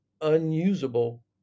unusable